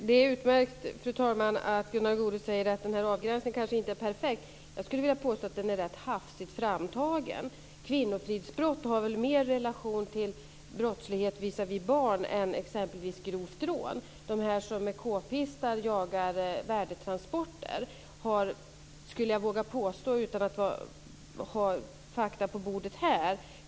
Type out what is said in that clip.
Fru talman! Det är naturligtvis svårt som politiker att avgöra det här. Jag tror nog att en viss noggrannhet i förberedelserna när det gäller valet av brott föreligger.